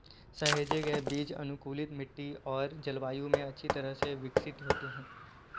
सहेजे गए बीज अनुकूलित मिट्टी और जलवायु में अच्छी तरह से विकसित होते हैं